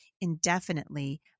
indefinitely